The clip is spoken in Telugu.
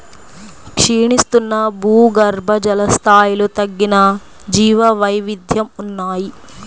క్షీణిస్తున్న భూగర్భజల స్థాయిలు తగ్గిన జీవవైవిధ్యం ఉన్నాయి